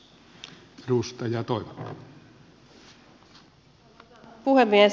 arvoisa puhemies